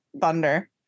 Thunder